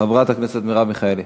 מרב מיכאלי.